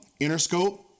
Interscope